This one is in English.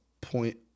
point